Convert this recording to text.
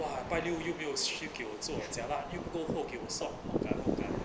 !wah! 拜六有没有 shift 给我做 jialat you 过后给我 swap galong galong